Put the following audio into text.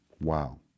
Wow